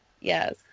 yes